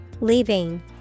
Leaving